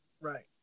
Right